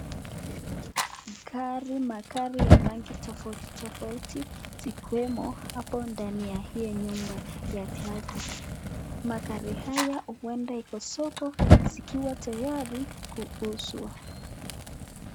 Gari , magari ya rangi tofauti tofauti zikiwemo hapo ndani ya hiyo nyumba ya glasi. Magari haya uenda iko soko zikiwa tayari kuuzwa.